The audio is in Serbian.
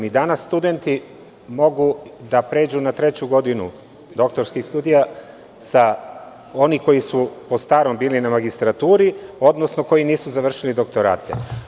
I danas studenti mogu da pređu na treću godinu doktorskih studija, oni koji su po starom bili na magistraturi, odnosno koji nisu završili doktorate.